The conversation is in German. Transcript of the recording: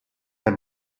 ein